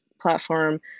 platform